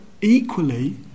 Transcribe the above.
equally